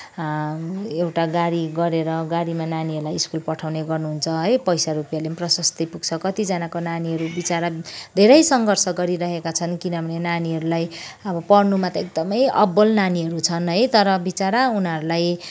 एउटा गाडी गरेर गाडीमा नानीहरूलाई स्कुल पठाउने गर्नुहुन्छ है पैसा रुपियाँले पनि प्रशस्तै पुग्छ कतिजनाको नानीहरू बिचरा धेरै सङ्घर्ष गरिरहेका छन् किनभने नानीहरूलाई अब पढ्नुमा त एकदमै अब्बल नानीहरू छन् है तर बिचरा उनीहरूलाई